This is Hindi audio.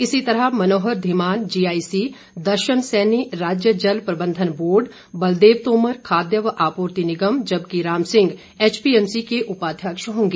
इसी तरह मनोहर धिमान जीआईसी दर्शन सैनी राज्य जल प्रबंधन बोर्ड बलदेव तोमर खाद्य व आपूर्ति निगम जबकि राम सिंह एचपीएमसी के उपाध्यक्ष होंगे